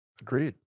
Agreed